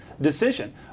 decision